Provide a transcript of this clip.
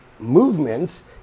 movements